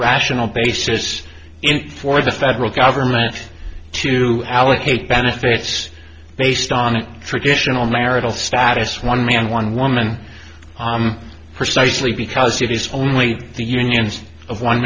rational basis for the federal government to allocate benefits based on it for additional marital status one man one woman precisely because it is only the unions of one